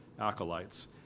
acolytes